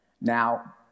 Now